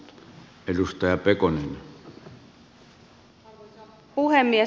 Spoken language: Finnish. arvoisa puhemies